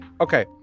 okay